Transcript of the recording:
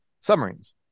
Submarines